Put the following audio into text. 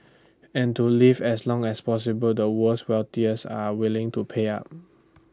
and to live as long as possible the world's wealthy are willing to pay up